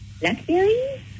blackberries